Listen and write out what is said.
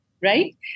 right